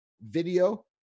video